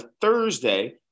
Thursday